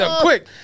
Quick